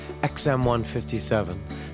XM157